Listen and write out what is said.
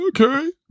okay